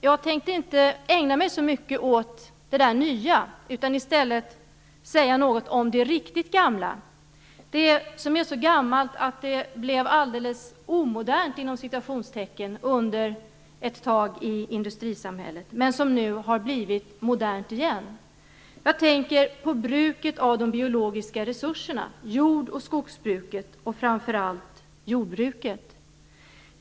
Jag tänkte inte ägna mig så mycket åt det där nya, utan i stället säga någonting om det riktigt gamla - det som är så gammalt att det ett tag blev alldeles "omodernt" i industrisamhället men som nu blivit modernt igen. Jag tänker på bruket av de biologiska resurserna, jord och skogsbruket, och framför allt jordbruket.